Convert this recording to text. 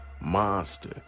Monster